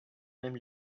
même